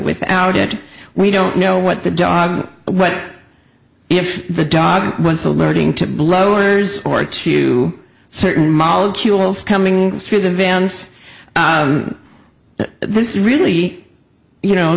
without it we don't know what the dog what if the dog was alerting to blowers or to certain molecules coming through the vents but this really you know